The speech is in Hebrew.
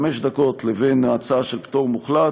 של חמש דקות, לבין ההצעה של פטור מוחלט.